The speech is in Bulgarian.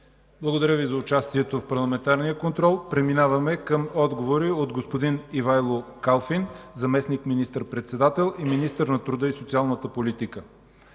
Благодаря Ви за участието в парламентарния контрол. Преминаваме към отговори от господин Ивайло Калфин – заместник министър-председател и министър на труда и социалната политика.